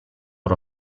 ora